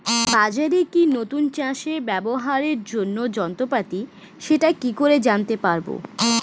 বাজারে কি নতুন চাষে ব্যবহারের জন্য যন্ত্রপাতি সেটা কি করে জানতে পারব?